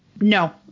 no